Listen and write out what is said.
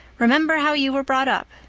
remember how you were brought up.